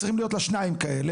צריכים להיות לה שניים כאלה,